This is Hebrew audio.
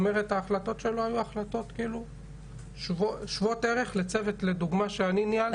ההחלטות שלו היו שוות ערך לצוות לדוגמה שאני ניהלתי.